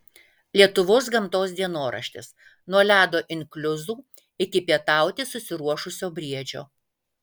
lietuvos gamtos dienoraštis nuo ledo inkliuzų iki pietauti susiruošusio briedžio